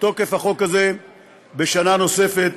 תוקף החוק הזה בשנה נוספת.